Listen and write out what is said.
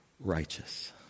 righteous